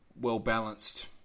well-balanced